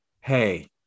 Hey